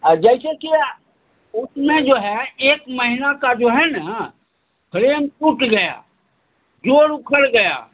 आ जैसे कि उसमें जो है एक महीना का जो है न फ्रेम टूट गया जोड़ उखड़ गया